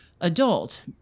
adult